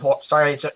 sorry